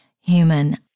human